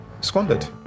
squandered